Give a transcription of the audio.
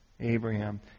Abraham